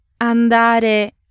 andare